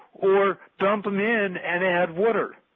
or dump them in and add water.